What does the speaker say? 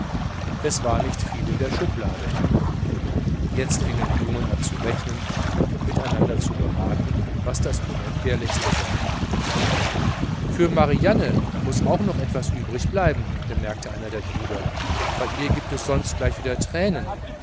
es war nicht viel in der schublade jetzt fingen die jungen an zu rechnen und miteinander zu beraten was das unentbehrlichste sei für marianne muß auch noch etwas übrig bleiben bemerkte der eine der brüder bei ihr gibt es sonst gleich wieder tränen